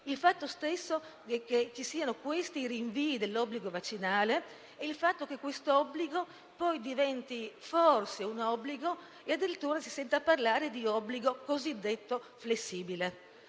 il fatto stesso che ci siano dei rinvii dell'obbligo vaccinale, il fatto che questo obbligo diventi «forse» un obbligo e addirittura si senta parlare di obbligo cosiddetto flessibile,